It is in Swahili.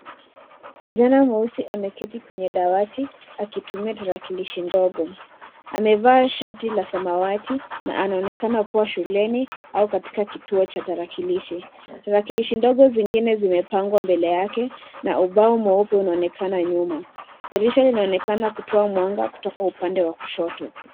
Kijana mweusi ameketi kwenye dawati akitumia tarakilishi ndogo. Amevaa shati la samawati na anaonekana kuwa shuleni au kituo cha tarakilishi. Tarakilishi ndogo zingine zimepangwa mbele yake na ubao mweupe unaonekana nyuma. Dirisha linaonekana kutoa mwanga kutoka upande wa kushoto.